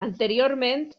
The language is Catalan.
anteriorment